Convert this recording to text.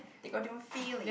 they got they own feeling